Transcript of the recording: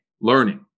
learning